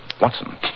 Watson